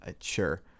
sure